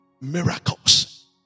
miracles